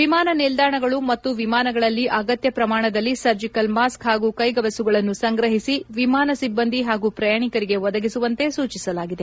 ವಿಮಾನ ನಿಲ್ದಾಣಗಳು ಮತ್ತು ವಿಮಾನಗಳಲ್ಲಿ ಅಗತ್ಯ ಪ್ರಮಾಣದಲ್ಲಿ ಸರ್ಜಿಕಲ್ ಮಾಸ್ಕ್ ಹಾಗೂ ಕೈ ಗವಸುಗಳನ್ನು ಸಂಗ್ರಹಿಸಿ ವಿಮಾನ ಸಿಬ್ಬಂದಿ ಹಾಗೂ ಪ್ರಯಾಣಿಕರಿಗೆ ಒದಗಿಸುವಂತೆ ಸೂಚಿಸಲಾಗಿದೆ